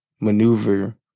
maneuver